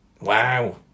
Wow